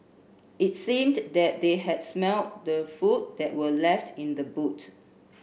it seemed that they had smelt the food that were left in the boot